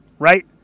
right